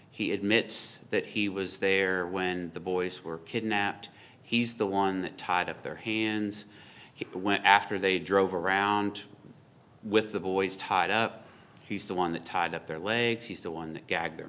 he admits that he was there when the boys were kidnapped he's the one that tied up their hands it went after they drove around with the boys tied up he's the one that tied up their legs he's the one that gag their